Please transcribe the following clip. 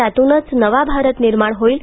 त्यातूनच नवा भारत निर्माण होईल